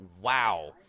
wow –